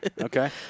Okay